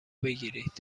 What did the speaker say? بگیرید